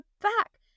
back